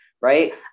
right